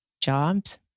jobs